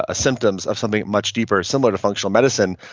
ah symptoms of something much deeper similar to functional medicine.